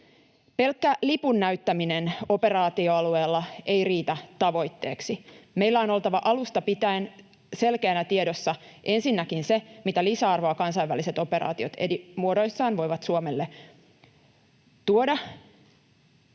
Pelkkä lipun näyttäminen operaatioalueella ei riitä tavoitteeksi. Meillä on ensinnäkin oltava alusta pitäen selkeänä tiedossa se, mitä lisäarvoa kansainväliset operaatiot eri muodoissaan voivat Suomelle ja